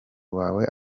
wawe